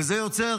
וזה יוצר